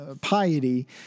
piety